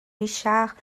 richard